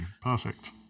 Perfect